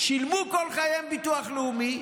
שילמו כל חייהם ביטוח לאומי,